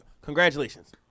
congratulations